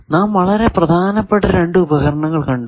നാം വളരെ പ്രധാനപ്പെട്ട രണ്ടു ഉപകരണങ്ങൾ കണ്ടു